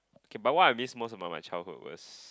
okay but what I miss most about my childhood was